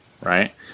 right